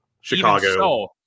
Chicago